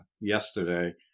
yesterday